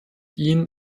ihnen